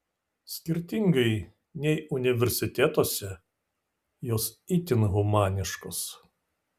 skirtingai nei universitetuose jos itin humaniškos